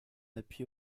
appui